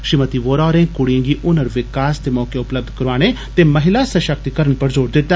श्रीमति योहरा होरें कुडियें गी हुनर विकास दे मौके उपलब्ध करवाने ते महिला षक्तिकरण पर जोर दिता